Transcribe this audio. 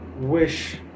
wish